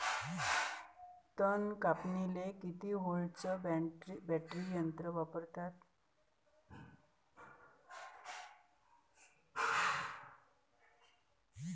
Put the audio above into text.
तन कापनीले किती व्होल्टचं बॅटरी यंत्र वापरतात?